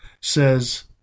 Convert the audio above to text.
says